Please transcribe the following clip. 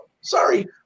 sorry